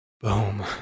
Boom